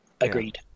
Agreed